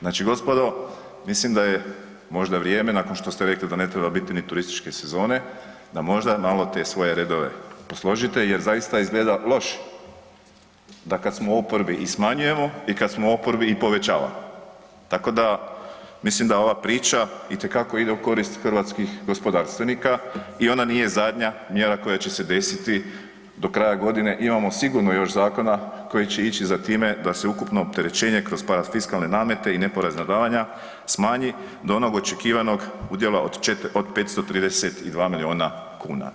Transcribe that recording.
Znači gospodo, mislim da je možda vrijeme nakon što ste rekli da ne treba ni turističke sezone, da možda malo te svoje redove posložite jer zaista izgleda loše, da kad smo u oporbi i smanjujemo i kad smo u oporbi i povećavamo, tako da mislim da ova priča itekako ide u korist hrvatskih gospodarstvenika i ona nije zadnja mjera koja će se desiti do kraja godine, imamo sigurno još zakona koji će ići za time da se ukupno opterećenje kroz parafiskalne namete i neporezna davanja, smanji do onog očekivanog udjela od 532 milijuna kuna.